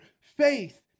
faith